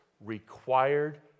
required